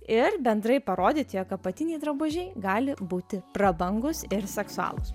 ir bendrai parodyti jog apatiniai drabužiai gali būti prabangūs ir seksualūs